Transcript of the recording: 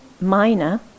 minor